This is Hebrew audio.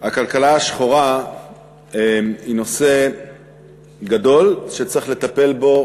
הכלכלה השחורה היא נושא גדול שצריך לטפל בו,